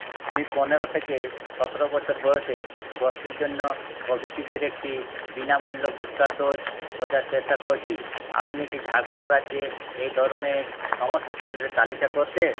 আমি পনেরো থেকে সতেরো বছর বয়সের গোষ্ঠীর জন্য কোভিশিল্ডের একটি বিনামূল্য বুস্টার ডোজ খোঁজার চেষ্টা করছি আপনি কি ঝাড়খণ্ড রাজ্যে এই ধরনের সমস্ত কেন্দ্রের তালিকা করতে